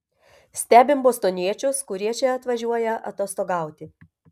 stebim bostoniečius kurie čia atvažiuoja atostogauti